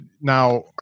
Now